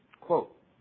Quote